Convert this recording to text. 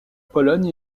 pologne